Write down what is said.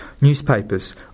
Newspapers